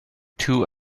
two